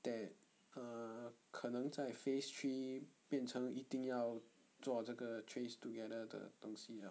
that err 可能在 phase three 变成一定要做这个 trace together 的东西 uh